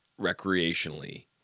recreationally